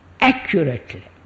accurately